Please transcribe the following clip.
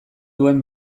duen